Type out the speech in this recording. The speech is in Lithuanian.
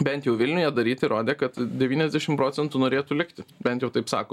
bent jau vilniuje daryti rodė kad devyniasdešim procentų norėtų likti bent jau taip sako